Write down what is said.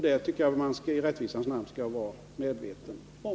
Det tycker jag att man i rättvisans namn skall vara medveten om.